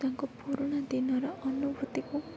ତାଙ୍କ ପୁରୁଣା ଦିନର ଅନୁଭୁତିକୁ